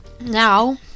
Now